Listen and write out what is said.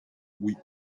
oui